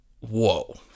whoa